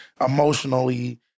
emotionally